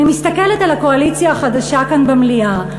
אני מסתכלת על הקואליציה החדשה כאן, במליאה,